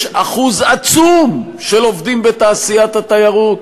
יש אחוז עצום של עובדים בתעשיית התיירות